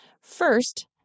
First